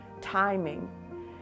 timing